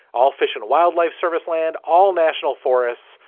all fish and wildlife service land. all national forests.